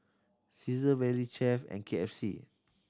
Cesar Valley Chef and K F C